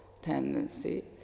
Tendency